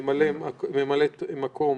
ממלאת מקום